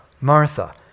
Martha